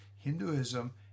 Hinduism